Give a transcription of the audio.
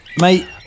mate